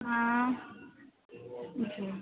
हाँ जी